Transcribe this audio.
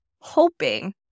hoping